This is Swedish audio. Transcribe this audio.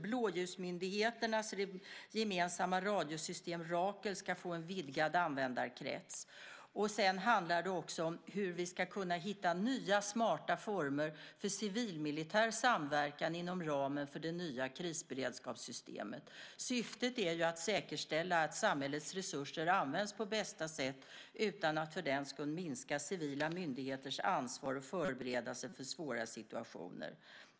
Blåljusmyndigheternas gemensamma radiosystem Rakel ska få en vidgad användarkrets. Det handlar också om hur vi ska kunna hitta nya smarta former för civil-militär samverkan inom ramen för det nya krisberedskapssystemet. Syftet är att säkerställa att samhällets resurser används på bästa sätt utan att för den skull minska civila myndigheters ansvar att förbereda sig för svåra situationer.